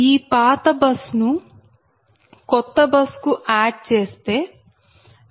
ఈ పాత బస్ ను కొత్త బస్ కు ఆడ్ చేస్తే ZBUS0